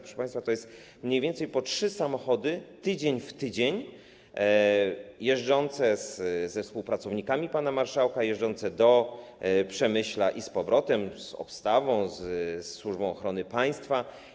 Proszę państwa, to są mniej więcej trzy samochody tydzień w tydzień jeżdżące ze współpracownikami pana marszałka do Przemyśla i z powrotem z obstawą, ze Służbą Ochrony Państwa.